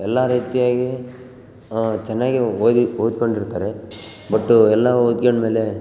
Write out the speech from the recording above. ಎಲ್ಲ ರೀತಿಯಾಗಿ ಚೆನ್ನಾಗಿ ಓದ್ ಓದ್ಕೊಂಡಿರ್ತಾರೆ ಬಟ್ಟು ಎಲ್ಲ ಒದ್ಕೊಂಡ್ ಮೇಲೆ